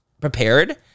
prepared